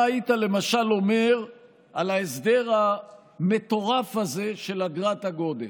מה היית למשל אומר על ההסדר המטורף הזה של אגרת הגודש?